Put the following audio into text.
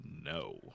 no